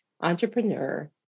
entrepreneur